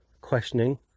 questioning